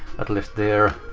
at least there.